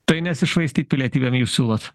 tai nesišvaistyt pilietybėm jūs siūlot